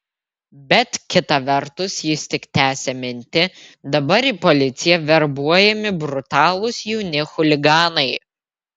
bet kita vertus jis tik tęsė mintį dabar į policiją verbuojami brutalūs jauni chuliganai